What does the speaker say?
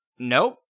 Nope